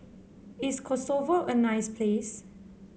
is Kosovo a nice place